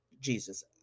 Jesus